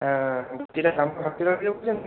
হ্যাঁ